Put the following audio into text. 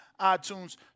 iTunes